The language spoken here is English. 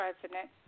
president